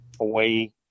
away